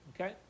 Okay